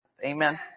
Amen